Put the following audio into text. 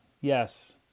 Yes